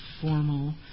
formal